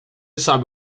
sabe